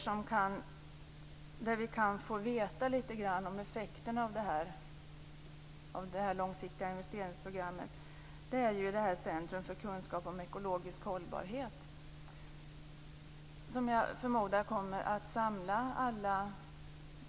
Som jag ser det kan vi få veta lite grann om effekterna av det långsiktiga investeringsprogrammet hos Centrum för kunskap om ekologisk hållbarhet, som jag förmodar kommer att samla all kunskap som de samlade projekten ger. Det förväntar vi oss mycket av. De har fått pengar.